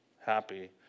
happy